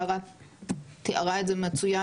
יערה תיארה את זה מצוין.